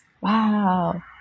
Wow